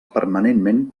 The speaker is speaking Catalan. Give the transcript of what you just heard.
permanentment